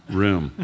room